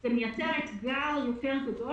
זה מייצר אתגר גדול מאוד,